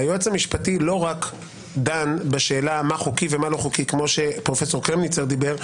היועץ המשפטי לא רק דן בשאלה מה חוקי ומה לא כפי שפרופ' קרמניצר דיבר.